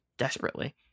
Desperately